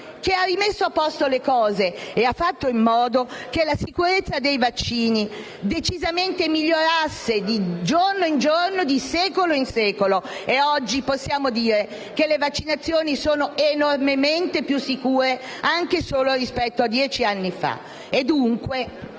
che ha rimesso a posto le cose e ha fatto in modo che la sicurezza dei vaccini migliorasse decisamente di giorno in giorno e di secolo in secolo. Oggi possiamo dire che le vaccinazioni sono enormemente più sicure anche solo rispetto a dieci anni fa.